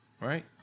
Right